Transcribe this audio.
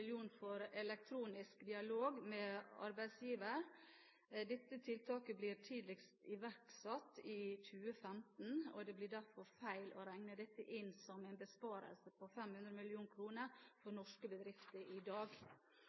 kr for elektronisk dialog med arbeidsgiver. Dette tiltaket blir tidligst iverksatt i 2015, og det blir derfor feil å regne dette inn som en besparelse på 500 mill. kr for norske bedrifter i dag.